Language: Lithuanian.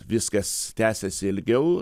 viskas tęsiasi ilgiau